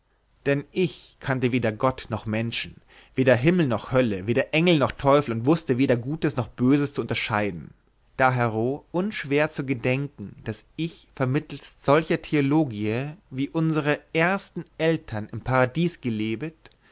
dann ich kannte weder gott noch menschen weder himmel noch hölle weder engel noch teufel und wußte weder gutes noch böses zu unterscheiden dahero unschwer zu gedenken daß ich vermittelst solcher theologiae wie unsere erste eltern im paradies